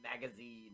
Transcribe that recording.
Magazine